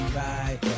right